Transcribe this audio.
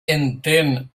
entén